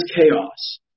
chaos